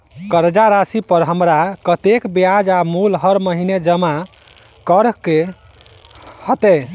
कर्जा राशि पर हमरा कत्तेक ब्याज आ मूल हर महीने जमा करऽ कऽ हेतै?